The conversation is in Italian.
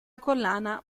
collana